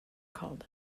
called